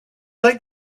like